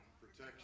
Protection